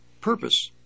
purpose